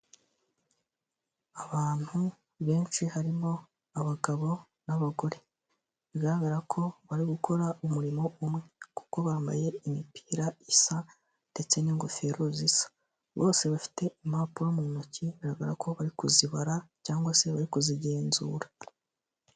Abantu benshi harimo abagabo, n'abagore bigaragara ko bari gukora umurimo umwe, kuko bambaye imipira isa ndetse n'ingofero zisa, bose bafite impapuro mu ntoki bigaragara ko bari kuzibara cyangwa se bari kuzigenzura.